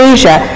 Asia